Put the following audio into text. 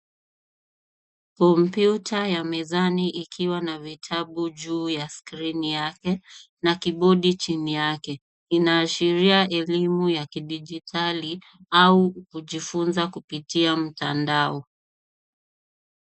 Kompyuta ya mezani ikiwa na vitabu juu ya skrini yake na kibodi chini yake. Inaashiria elimu ya kidijitali au kujifunza kupitia mtandao.